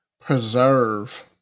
preserve